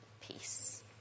peace